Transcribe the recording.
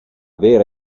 vera